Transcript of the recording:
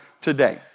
today